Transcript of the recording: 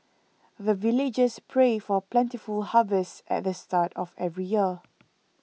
the villagers pray for plentiful harvest at the start of every year